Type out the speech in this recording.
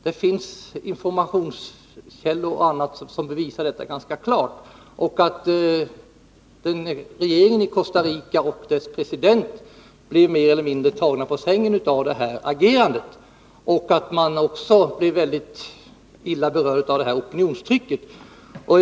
Det finns informationsmaterial som visar att detta är klart och att regeringen i Costa Rica och dess president blev mer eller mindre tagna på sängen av detta agerande och att man också blev mycket illa berörd av opinionstrycket.